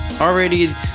Already